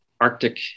Arctic